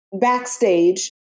Backstage